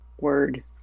Word